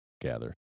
gather